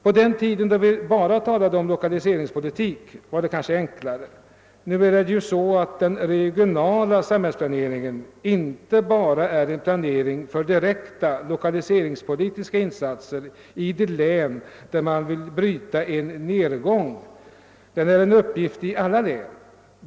På den tiden när vi bara talade om lokaliseringspolitik var det kanske enklare. Numera är emellertid den regionala samhällsplaneringen inte bara en planering för direkta lokaliseringspolitiska insatser i de län, där man vill bryta en nedåtgående utveckling, utan den är en uppgift i alla län.